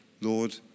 Lord